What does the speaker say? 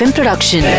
Production